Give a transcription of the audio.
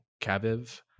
Kaviv